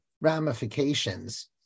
ramifications